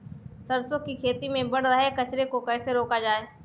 सरसों की खेती में बढ़ रहे कचरे को कैसे रोका जाए?